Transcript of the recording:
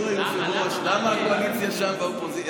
היושב-ראש, למה הקואליציה שם והאופוזיציה כאן?